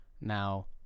now